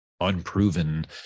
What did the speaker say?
unproven